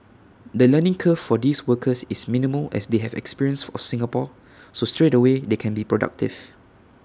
the learning curve for these workers is minimal as they have experience of Singapore so straightaway they can be productive